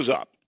up